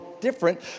different